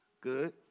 Good